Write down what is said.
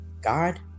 God